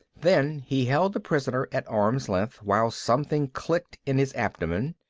then he held the prisoner at arm's length while something clicked in his abdomen.